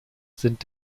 sind